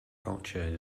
culture